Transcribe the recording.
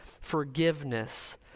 forgiveness